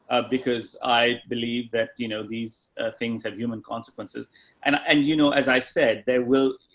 because i believe that, you know, these things have human consequences and, and you know, as i said, there will,